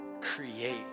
Create